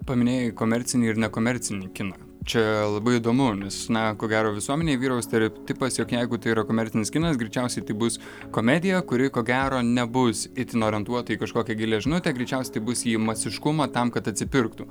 paminėjai komercinį ir nekomercinį kiną čia labai įdomu nes na ko gero visuomenėje vyrauja stereotipas jog jeigu tai yra komercinis kinas greičiausiai tai bus komedija kuri ko gero nebus itin orientuota į kažkokią gilią žinutę greičiausiai tai bus į masiškumą tam kad atsipirktų